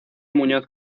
muñoz